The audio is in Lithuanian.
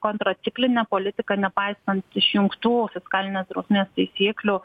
kontraciklinė politika nepaisant išjungtų fiskalinės drausmės taisyklių